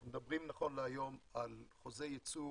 אנחנו מדברים נכון להיום על חוזי ייצוא